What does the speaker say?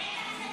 בטח שכן.